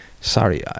sorry